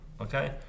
okay